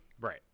Right